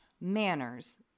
manners